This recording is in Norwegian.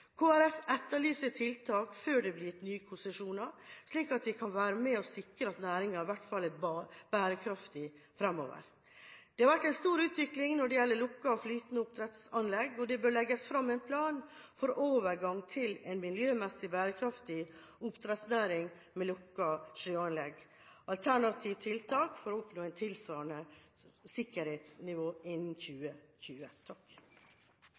etterlyser tiltak før det blir gitt nye konsesjoner, slik at man kan være med og sikre at næringen i hvert fall fremover er bærekraftig. Det har vært en stor utvikling når det gjelder lukkede og flytende oppdrettsanlegg, og det bør legges fram en plan for en overgang til en miljømessig bærekraftig oppdrettsnæring med lukkede sjøanlegg, eller alternativt; tiltak for å oppnå et tilsvarende sikkerhetsnivå innen